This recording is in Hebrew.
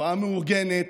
תופעה מאורגנת.